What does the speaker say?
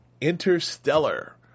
Interstellar